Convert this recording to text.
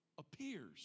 Appears